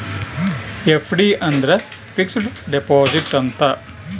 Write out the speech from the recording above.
FD ಅಂದ್ರ fixed deposit ಅಂತ